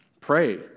Pray